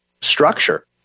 structure